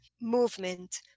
movement